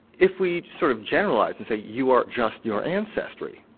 if we sort of generalise and say you are just your ancestry,